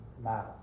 mouth